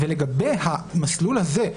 ולגבי המסלול הזה,